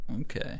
Okay